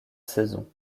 saison